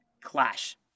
Clash